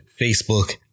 Facebook